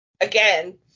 Again